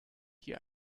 hier